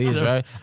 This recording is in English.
right